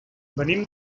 venim